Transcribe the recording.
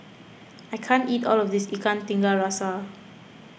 I can't eat all of this Ikan Tiga Rasa